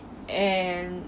and